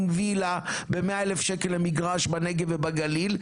וילה ב-100,000 שקלים למגרש בנגב ובגליל,